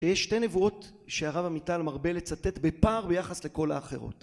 שתי נבואות שהרב עמיטל מרבה לצטט בפער ביחס לכל האחרות